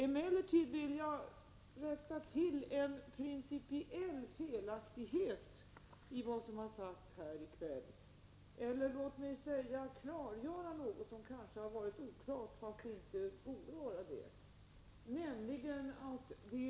Emellertid vill jag efter det som har sagts här i kväll klargöra något som kanske är oklart fast det inte borde vara det.